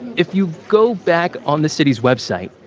if you go back on the city's website,